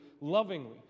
lovingly